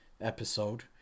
episode